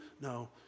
no